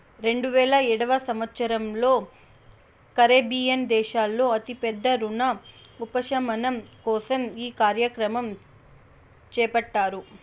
రెండువేల ఏడవ సంవచ్చరంలో కరేబియన్ దేశాల్లో అతి పెద్ద రుణ ఉపశమనం కోసం ఈ కార్యక్రమం చేపట్టారు